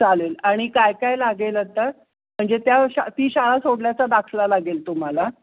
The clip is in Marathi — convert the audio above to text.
चालेल आणि काय काय लागेल आत्ता म्हणजे त्या शा ती शाळा सोडल्याचा दाखला लागेल तुम्हाला